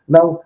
Now